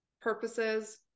purposes